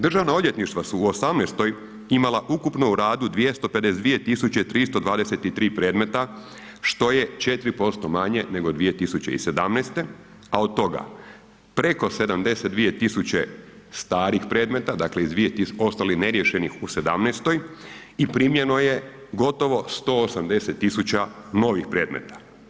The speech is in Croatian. Državna odvjetništva su u '18. imala ukupno u radu 252.323 predmeta što je 4% manje nego 2017., a od toga preko 72.000 starih predmeta, dakle iz, ostali neriješeni u '17. i primljeno je gotovo 180.000 novih predmeta.